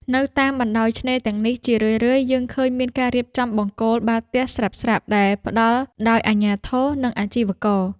នៅតាមបណ្ដោយឆ្នេរទាំងនេះ ជារឿយៗយើងឃើញមានការរៀបចំបង្គោលបាល់ទះស្រាប់ៗដែលផ្ដល់ដោយអាជ្ញាធរ ឬអាជីវករ។